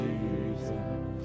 Jesus